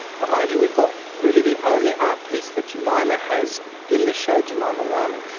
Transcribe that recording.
behind you we've got really the only art piece that jemima has in the show, jemima wyman,